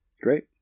Great